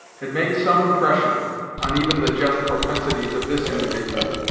had made some impression on even the just propensities of this individual,